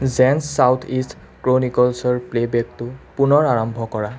gents south east ক্ৰ'নিকলচৰ প্লে' বেকটো পুনৰ আৰম্ভ কৰা